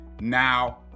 Now